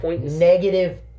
negative